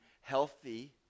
healthy